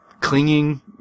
clinging